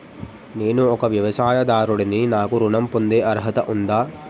నేను ఒక వ్యవసాయదారుడిని నాకు ఋణం పొందే అర్హత ఉందా?